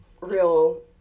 real